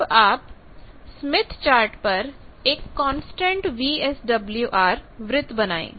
अब आप Smith chart पर एक कांस्टेंट वीएसडब्ल्यूआर वृत्त बनाएं